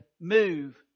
move